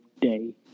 day